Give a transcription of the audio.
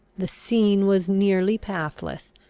the scene was nearly pathless,